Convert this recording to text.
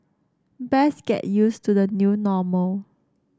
best get used to the new normal